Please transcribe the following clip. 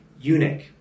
eunuch